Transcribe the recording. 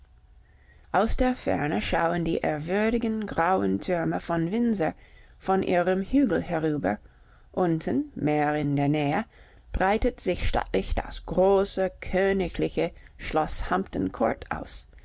aus der ferne schauen die ehrwürdigen grauen türme von windsor von ihrem hügel herüber unten mehr in der nähe breitet sich stattlich das große königliche schloß hampton court aus